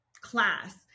class